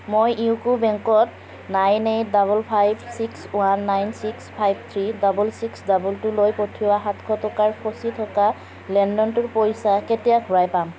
মই ইউকো বেংকত nine eight double five six one nine six five three double six double টুলৈ পঠিওৱা সাতশ টকাৰ ফচি থকা লেনদেনটোৰ পইচা কেতিয়া ঘূৰাই পাম